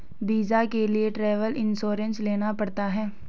visa के लिए travel insurance लेना पड़ता है